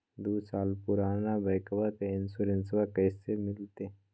दू साल पुराना बाइकबा के इंसोरेंसबा कैसे मिलते?